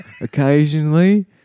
occasionally